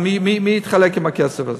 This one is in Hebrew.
מי יתחלק בכסף הזה.